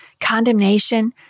condemnation